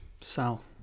Sal